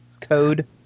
code